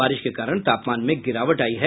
बारिश के कारण तापमान में गिरावट हुई है